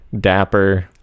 dapper